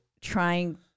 trying –